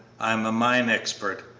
i am a mine expert.